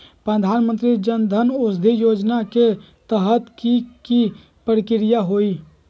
प्रधानमंत्री जन औषधि योजना के तहत की की प्रक्रिया होई?